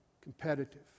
Competitive